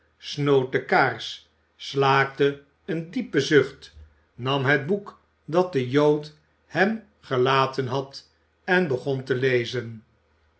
de kaars slaakte een diepen zucht nam het boek dat de jood hem gelaten had en begon te lezen